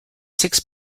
six